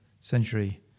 century